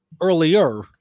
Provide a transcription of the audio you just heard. earlier